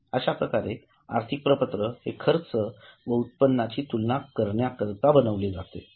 अश्यावेळी आर्थिक प्रपत्र हे खर्च व उत्पन्नाची तुलना करण्याकरिता बनवले जाते